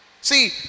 See